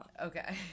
okay